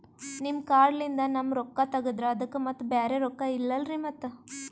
ನಿಮ್ ಕಾರ್ಡ್ ಲಿಂದ ನಮ್ ರೊಕ್ಕ ತಗದ್ರ ಅದಕ್ಕ ಮತ್ತ ಬ್ಯಾರೆ ರೊಕ್ಕ ಇಲ್ಲಲ್ರಿ ಮತ್ತ?